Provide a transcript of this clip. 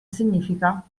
significa